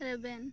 ᱨᱮᱵᱮᱱ